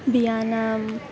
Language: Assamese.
বিয়ানাম